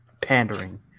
pandering